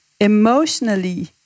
emotionally